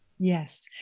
Yes